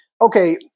okay